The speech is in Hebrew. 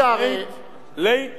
לית מאן דפליג,